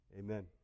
Amen